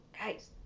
guys